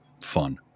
fun